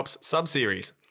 sub-series